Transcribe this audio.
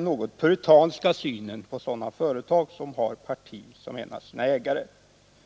något puritanska synen på företag som har politiskt parti som en av sina ägare, vilken har förts fram både i motionen och i reservationen.